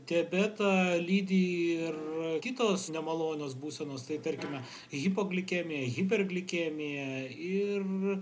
diabetą lydi ir kitos nemalonios būsenos tai tarkime hipoglikemija hiperglikemija ir